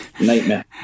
Nightmare